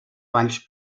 valls